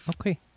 Okay